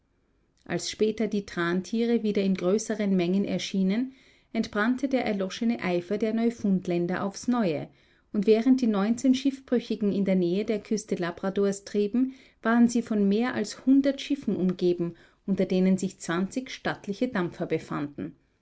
als später die trantiere wieder in größeren mengen erschienen entbrannte der erloschene eifer der neufundländer aufs neue und während die neunzehn schiffbrüchigen in der nähe der küste labradors trieben waren sie von mehr als hundert schiffen umgeben unter denen sich zwanzig stattliche dampfer befanden